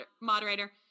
moderator